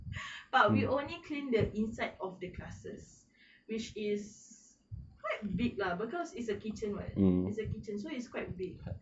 but we only clean the inside of the classes which is quite big lah because is a kitchen what is a kitchen so it's quite big